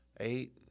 Eight